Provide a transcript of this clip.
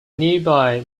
nearby